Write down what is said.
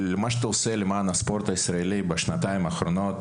מה שאתה עושה למען הספורט הישראלי בשנתיים האחרונות